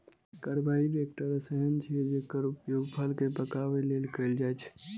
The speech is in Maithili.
कार्बाइड एकटा रसायन छियै, जेकर उपयोग फल कें पकाबै लेल कैल जाइ छै